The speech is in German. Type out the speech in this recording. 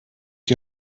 die